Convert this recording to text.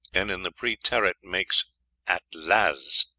and in the preterit makes atlaz.